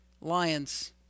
lions